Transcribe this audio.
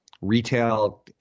retail